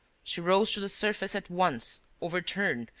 she rose to the surface at once, overturned,